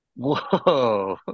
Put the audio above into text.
Whoa